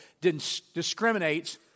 discriminates